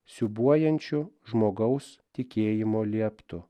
siūbuojančiu žmogaus tikėjimo lieptu